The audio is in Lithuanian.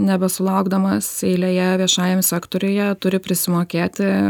nebesulaukdamas eilėje viešajam sektoriuje turi prisimokėti